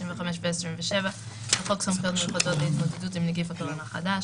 25 ו- 27 לחוק סמכויות מיוחדות להתמודדות עם נגיף הקורונה החדש